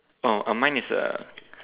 oh mine is a